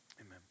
Amen